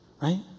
right